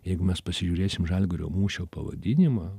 jeigu mes pasižiūrėsim žalgirio mūšio pavadinimą